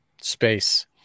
space